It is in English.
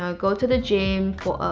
so go to the gym